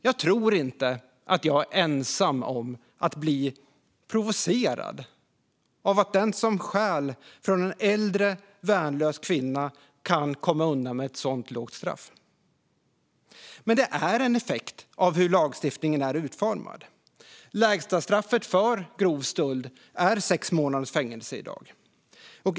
Jag tror inte att jag är ensam om att bli provocerad av att den som stjäl från en äldre värnlös kvinna kan komma undan med ett sådant lågt straff. Men det är en effekt av hur lagstiftningen är utformad. Lägsta straffet för grov stöld är sex månaders fängelse i dag.